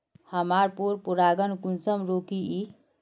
हमार पोरपरागण कुंसम रोकीई?